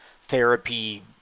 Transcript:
therapy